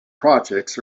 projects